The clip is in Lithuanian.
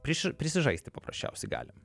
priš prisižaisti paprasčiausiai galim